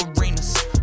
arenas